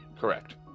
Correct